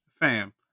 Fam